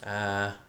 err